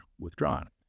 withdrawn